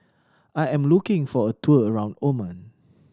I am looking for a tour around Oman